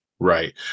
right